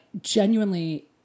genuinely